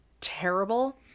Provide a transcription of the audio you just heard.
terrible